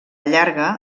llarga